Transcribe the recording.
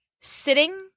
sitting